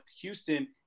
Houston